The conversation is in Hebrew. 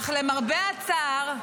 אך למרבה הצער,